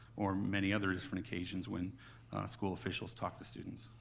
or many other different occasions when school officials talk to students.